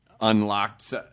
unlocked